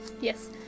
Yes